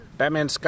Batman